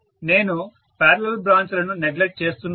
నేను parallel branch లను neglect చేస్తున్నాను